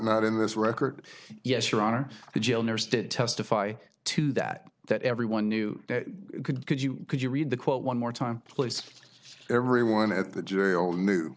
not in this record yes your honor the jail nurse did testify to that that everyone knew that could could you could you read the quote one more time please everyone at the j